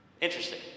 Interesting